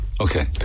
Okay